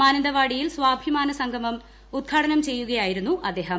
മാനന്തവാടിയിൽ സ്വാഭിമാന സംഗമം ഉദ്ഘാടനം ചെയ്യുകയായിരുന്നു അദ്ദേഹം